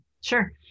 sure